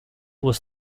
was